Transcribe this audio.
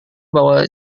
bahwa